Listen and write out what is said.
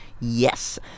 Yes